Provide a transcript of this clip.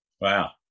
Wow